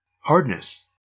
Hardness